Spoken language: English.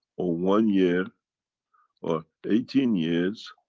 or one year or eighteen years,